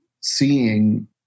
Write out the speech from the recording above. seeing